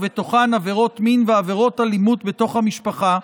ובתוכן עבירות מין ועבירות אלימות בתוך המשפחה,